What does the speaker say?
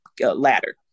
ladder